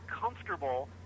comfortable